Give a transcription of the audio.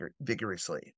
vigorously